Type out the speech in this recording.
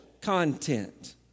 content